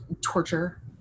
torture